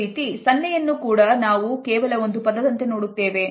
ಅದೇ ರೀತಿ ತಂದೆಯು ಕೂಡ ನಾವು ಕೇವಲ ಒಂದು ಪದದಂತೆ ನೋಡುತ್ತೇವೆ